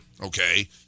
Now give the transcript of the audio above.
okay